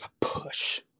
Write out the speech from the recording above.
push